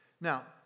Now